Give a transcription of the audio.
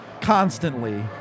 constantly